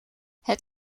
het